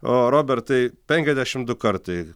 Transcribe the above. o robertai penkiasdešim du kartai